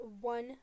one